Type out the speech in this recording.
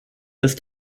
ist